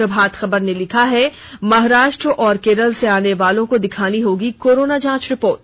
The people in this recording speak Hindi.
प्रभात खबर ने लिखा है महाराष्ट्र और केरल से आने वालों को दिखानी होगी कोरोना जांच रिपोर्ट